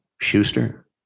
Schuster